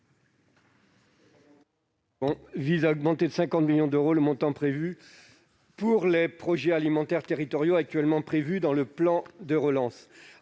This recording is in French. vise à augmenter de 50 millions d'euros le montant prévu pour les projets alimentaires territoriaux dans le plan de relance.